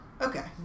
Okay